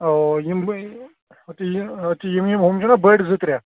اَوا اَوا یِموٕے تہِ یہِ تہِ یِم یِم ہُم چھِناہ بٔڈۍ زٕ ترٛےٚ